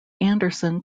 anderson